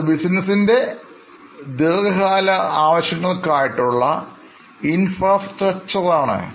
അതു ബിസിനസ് നിൻറെദീർഘകാല ആവശ്യങ്ങൾക്ക് ആയിട്ടുള്ള ഇൻഫ്രാസ്ട്രക്ച്ചർ ആണ്